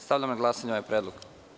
Stavljam na glasanje ovaj predlog.